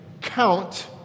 count